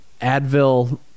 Advil